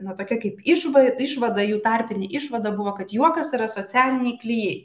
na tokia kaip išva išvada jų tarpinė išvada buvo kad juokas yra socialiniai klijai